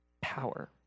power